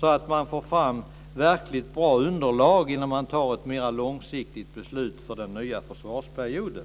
så att man får fram verkligt bra underlag innan man fattar ett mer långsiktigt beslut för den nya försvarsperioden.